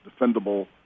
defendable